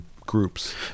groups